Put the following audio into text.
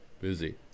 Busy